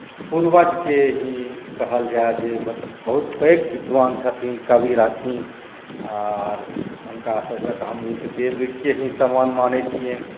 पूर्वजके ही कहल जाय जे बहुत पैघ विद्वान छथिन कवि रहथिन आओर हुनकासभकेँ आ हम नित देवके ही समान मानैत छियनि